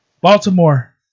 Baltimore